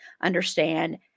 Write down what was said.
understand